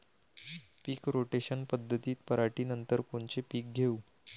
पीक rotation पद्धतीत पराटीनंतर कोनचे पीक घेऊ?